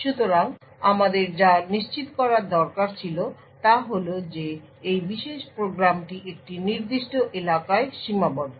সুতরাং আমাদের যা নিশ্চিত করার দরকার ছিল তা হল যে এই বিশেষ প্রোগ্রামটি একটি নির্দিষ্ট এলাকায় সীমাবদ্ধ